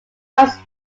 comes